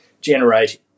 generate